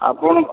ଆପଣ